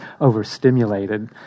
overstimulated